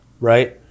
right